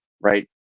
right